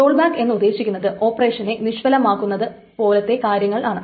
role back എന്ന് ഉദ്ദേശിക്കുന്നത് ഓപ്പറേഷനെ നിഷ്ഫലമാക്കുന്നത് പോലത്തെ കാര്യങ്ങൾ ആണ്